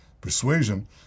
persuasion